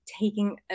taking